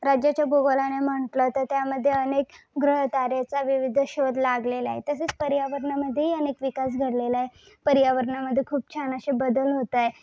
राज्याच्या भूगोलाने म्हटलं तर त्यामध्ये ग्रह ताऱ्याचा विविध शोध लागलेला आहे तसेच पर्यावरणामध्येही अनेक विकास घडलेला आहे पर्यावरणामध्ये खूप छान असे बदल होत आहे